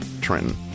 Trenton